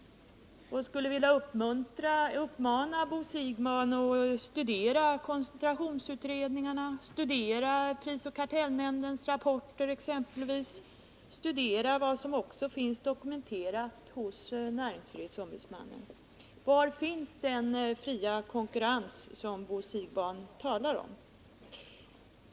Jag skulle vilja uppmana Bo Siegbahn att studera koncentrationsutredningarna, studera prisoch kartellnämndens rapporter och studera vad som finns dokumenterat hos näringsfrihetsombudsmannen. Var finns den fria konkurrens som Bo Siegbahn talar om?